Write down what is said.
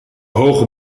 hoge